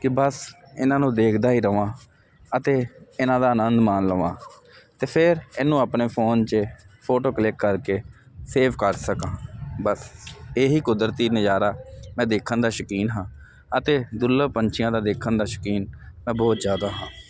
ਕਿ ਬਸ ਇਹਨਾਂ ਨੂੰ ਦੇਖਦਾ ਹੀ ਰਵਾਂ ਅਤੇ ਇਹਨਾਂ ਦਾ ਆਨੰਦ ਮਾਣ ਲਵਾਂ ਤੇ ਫਿਰ ਇਹਨੂੰ ਆਪਣੇ ਫੋਨ 'ਚ ਫੋਟੋ ਕਲਿਕ ਕਰਕੇ ਸੇਵ ਕਰ ਸਕਾਂ ਬਸ ਇਹੀ ਕੁਦਰਤੀ ਨਜ਼ਾਰਾ ਮੈਂ ਦੇਖਣ ਦਾ ਸ਼ੌਕੀਨ ਹਾਂ ਅਤੇ ਦੁਰਲੱਭ ਪੰਛੀਆਂ ਦਾ ਦੇਖਣ ਦਾ ਸ਼ੌਕੀਨ ਮੈਂ ਬਹੁਤ ਜਿਆਦਾ ਹਾਂ